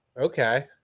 Okay